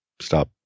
stop